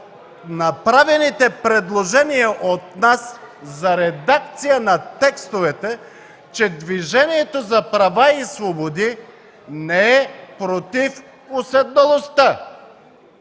направените от нас предложения за редакция на текстовете, че Движението за права и свободи не е против уседналостта!